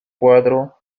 cuadro